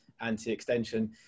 anti-extension